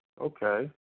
okay